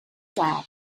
that